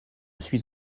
suis